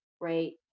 right